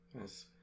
Yes